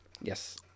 Yes